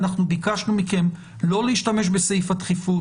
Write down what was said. אנחנו ביקשנו מכם לא להשתמש בסעיף הדחיפות.